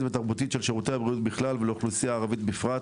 ותרבותית של שירותי הבריאות בכלל ולאוכלוסייה הערבית בפרט.